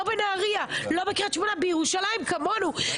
לא בנהריה, לא בקרית שמונה, בירושלים כמונו.